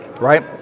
right